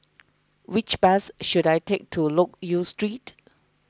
which bus should I take to Loke Yew Street